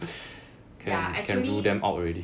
ya actually